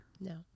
No